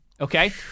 okay